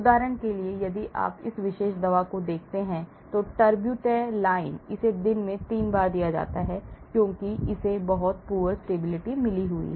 उदाहरण के लिए यदि आप इस विशेष दवा को देखते हैं terbutaline इसे दिन में 3 बार दिया जाता है क्योंकि इसे बहुत poor stability मिली है